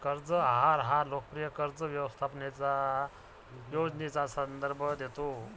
कर्ज आहार हा लोकप्रिय कर्ज व्यवस्थापन योजनेचा संदर्भ देतो